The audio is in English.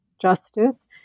justice